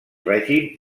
règim